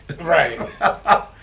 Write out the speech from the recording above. right